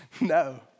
no